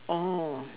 orh